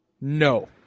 no